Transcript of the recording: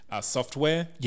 software